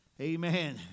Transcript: Amen